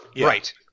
Right